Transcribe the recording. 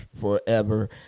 forever